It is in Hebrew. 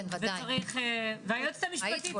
היועצת המשפטית,